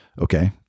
Okay